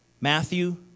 Matthew